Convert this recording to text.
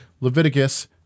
Leviticus